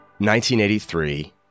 1983